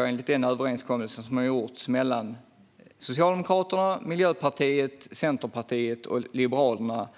Enligt en överenskommelse mellan Socialdemokraterna, Miljöpartiet, Centerpartiet och Liberalerna